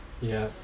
yeah